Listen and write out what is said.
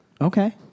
Okay